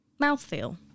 Mouthfeel